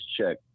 check